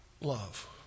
love